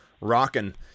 rocking